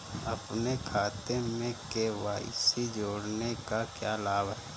अपने खाते में के.वाई.सी जोड़ने का क्या लाभ है?